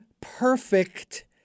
perfect